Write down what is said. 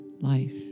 life